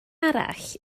arall